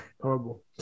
horrible